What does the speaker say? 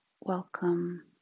welcome